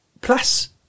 plus